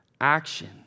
action